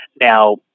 Now